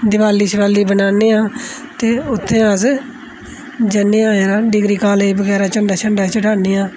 दिवाली शवाली बनाने आं ते उत्थे अस जन्ने आं डिग्री कालेज बगैरा झंडा शंडा चढ़ाने आं